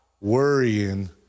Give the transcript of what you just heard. worrying